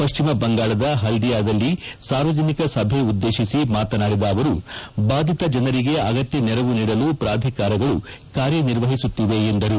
ಪಶ್ಚಿಮ ಬಂಗಾಳದ ಹಲ್ದಿಯಾದಲ್ಲಿ ಸಾರ್ವಜನಿಕ ಸಭೆ ಉದ್ದೇಶಿಸಿ ಮಾತನಾಡಿದ ಅವರು ಭಾದಿತ ಜನರಿಗೆ ಅಗತ್ಯ ನೆರವು ನೀಡಲು ಪ್ರಾಧಿಕಾರಗಳು ಕಾರ್ಯನಿರ್ವಹಿಸುತ್ತಿವೆ ಎಂದರು